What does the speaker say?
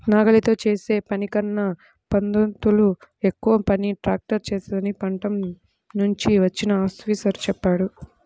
నాగలితో చేసే పనికన్నా పదొంతులు ఎక్కువ పని ట్రాక్టర్ చేత్తదని పట్నం నుంచి వచ్చిన ఆఫీసరు చెప్పాడు